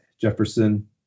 Jefferson